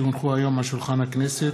כי הונחו היום על שולחן הכנסת,